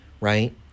right